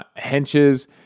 Henches